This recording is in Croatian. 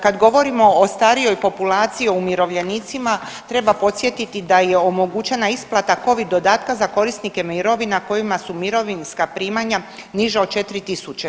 Kad govorimo o starijoj populaciji, o umirovljenicima, treba podsjetiti da je omogućena isplata Covid dodatka za korisnike mirovina kojima su mirovinska primanja niža od 4 tisuća.